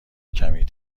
کمی